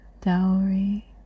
dowry